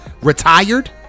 retired